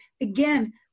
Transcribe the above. Again